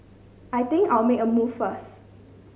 I think I'll make a move first